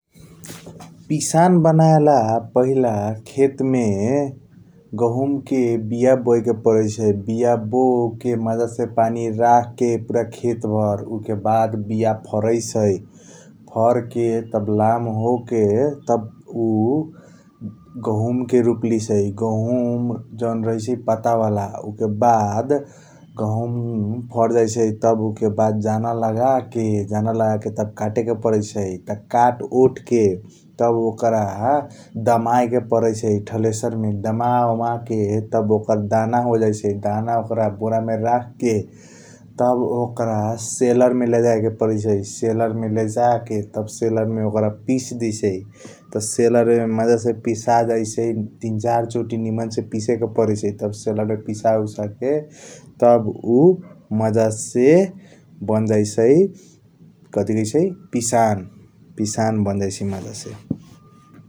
पिसान बनायला पहिला खेतमे गहुमके बिया बोयके परैसै बीया बोओके माजासे पानी राखके पुरा खेत भर ऊके बाद बिया फरैसई फरके तब लाम होके तब ऊ गहुमके रूप लेइसै। गहुम जॉन रहाइसै पाता बाला आ ऊके बाद गहुम फरजाइसै तब उकें बाद जानालगाके जाना लगाके तह काटेके परैसई। तह काटओटके तब ओकरा दमायके परैसई थलेसरमे दमाओमाके तब ओकर दाना होजैसई। दाना ओकरा बोरामे राखके तब ओकरा सेलरमें लेजायके परैसई सेलरमे लेजाके तब सेलरमे पिसदेईसई । तह सेलरमे माजासे पीसाजाईसइ तिन चार चोटी निमन्से पिसेके परैसइ तब सेलरमे पीसउसाके तब ऊ माजासे बनजाइ कथी कथीइसई पिसन् पिसन् बन्जाइसै माजासे।